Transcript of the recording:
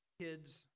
kids